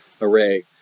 array